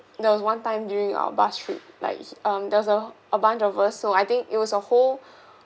there was one time during our bus trip like he um there was a a bunch of us so I think it was a whole